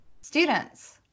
students